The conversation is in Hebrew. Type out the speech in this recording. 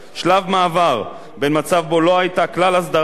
מצב שבו לא היתה כלל הסדרה של הענף בחקיקה ראשית,